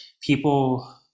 people